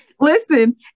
Listen